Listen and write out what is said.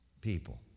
people